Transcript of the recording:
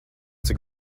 cik